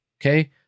okay